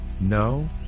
no